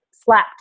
slapped